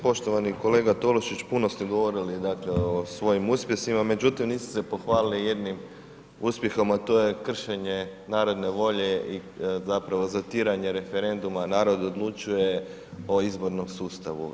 Poštovani kolega Tolušić, puno ste govorili dakle o svojim uspjesima međutim niste se pohvalili jednim uspjehom to je kršenje naredne volje i zapravo zatiranje referenduma Narod odlučuje o izbornom sustavu.